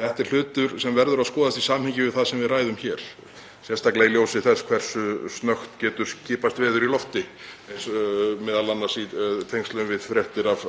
Þetta er hlutur sem verður að skoðast í samhengi við það sem við ræðum hér, sérstaklega í ljósi þess hversu skjótt geta skipast veður í lofti, eins og í tengslum við fréttir af